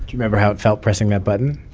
remember how it felt pressing that button?